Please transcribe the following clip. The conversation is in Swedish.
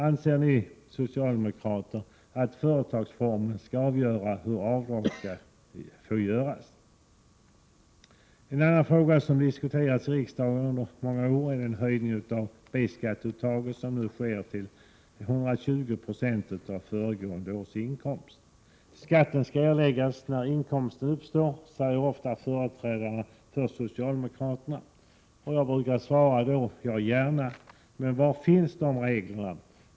Anser ni socialdemokrater att företagsformen skall avgöra hur avdrag skall få göras? En annan fråga som diskuterats i riksdagen under många år är den höjning av B-skatteuttaget som nu sker till 120 96 av föregående års inkomst. Företrädare för socialdemokraterna säger ofta att skatten skall erläggas när inkomsten uppstår. Jag brukar då fråga: Ja, gärna, men var finns de reglerna?